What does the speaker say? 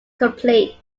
complete